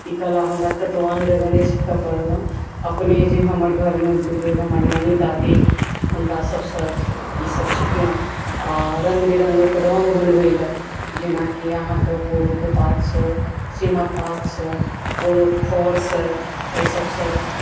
ई कला हमरा कतौ आन जगह नहि सीखऽ पड़ल हऽ अपने जे हमर घर मे बुजुर्ग हमर नानी दादी हुनका सबसँ ई सब सीखलहुॅं आ रंग बिरंगक रंग बनबै लए जेनाकि आहाँके पोड़ोकेँ पातसँ सीमक पातसँ पोड़ोक फड़सँ एहि सबसँ